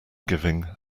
giving